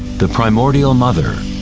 the primordial mother.